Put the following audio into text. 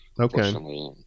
okay